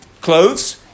clothes